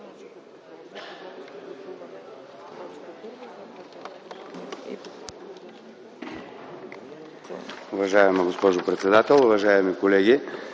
уважаема госпожо председател. Уважаеми госпожи